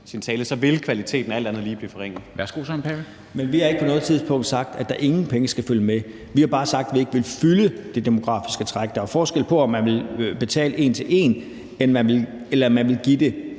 hr. Søren Pape Poulsen. Kl. 16:05 Søren Pape Poulsen (KF): Men vi har ikke på noget tidspunkt sagt, at der ingen penge skal følge med. Vi har bare sagt, at vi ikke vil fylde det demografiske træk. Der er jo forskel på, om man vil betale en til en, eller om man vil give det